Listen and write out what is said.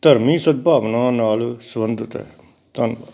ਧਰਮੀ ਸਦਭਾਵਨਾ ਨਾਲ ਸਬੰਧਿਤ ਹੈ ਧੰਨਵਾਦ